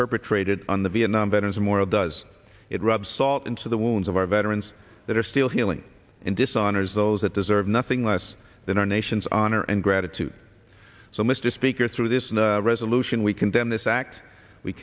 perpetrated on the vietnam veterans memorial does it rub salt into the wounds of our veterans that are still healing in dishonors those that deserve nothing less than our nation's honor and gratitude so mr speaker through this resolution we condemn this act we